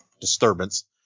disturbance